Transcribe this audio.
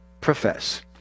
profess